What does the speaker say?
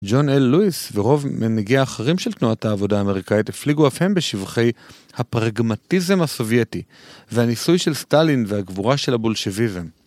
ג'ון אל לואיס ורוב מנהיגי האחרים של תנועת העבודה האמריקאית הפליגו אף הם בשבחי הפרגמטיזם הסובייטי והניסוי של סטלין והגבורה של הבולשוויזם.